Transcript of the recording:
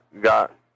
got